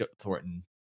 thornton